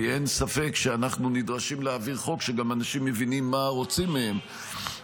כי אין ספק שאנחנו נדרשים להעביר חוק שבו אנשים גם מבינים מה רוצים מהם,